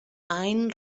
any